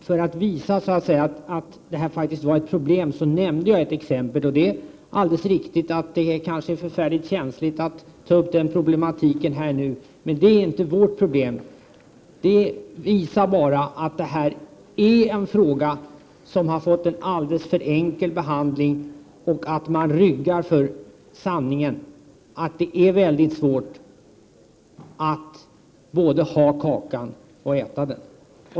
Herr talman! För att visa att detta faktiskt var ett problem nämnde jag ett exempel. Det är alldeles riktigt att det kanske är förfärligt känsligt att ta upp den problematiken nu. Men det är inte vårt problem. Det visar bara att det här är en fråga som har fått en alldeles för enkel behandling, och att man ryggar för sanningen, att det är väldigt svårt att både ha kakan och äta den.